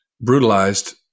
brutalized